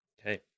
Okay